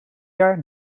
jaar